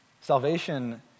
Salvation